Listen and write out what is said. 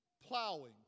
plowing